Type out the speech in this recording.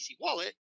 wallet